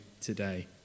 today